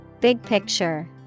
Big-picture